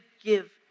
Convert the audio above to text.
give